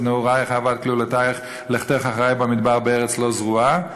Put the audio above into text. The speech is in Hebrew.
נעוריך אהבת כלולותיך לכתך אחרי במדבר בארץ לא זרועה.